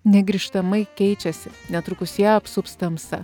negrįžtamai keičiasi netrukus ją apsups tamsa